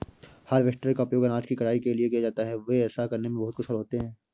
harvester का उपयोग अनाज की कटाई के लिए किया जाता है, वे ऐसा करने में बहुत कुशल होते हैं